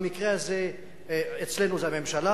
במקרה הזה אצלנו זה הממשלה,